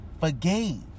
forgave